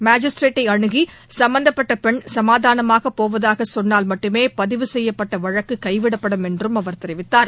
மாஜிஸ்திரேட்டை அணுகி சம்பந்தப்பட்ட பெண் சமாதானமாக போவதாக சொன்னால் மட்டுமே பதிவு செய்யப்பட்ட வழக்கு கைவிடப்படும் என்றும் அவர் தெரிவித்தார்